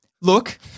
Look